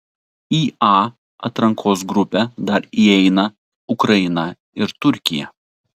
į a atrankos grupę dar įeina ukraina ir turkija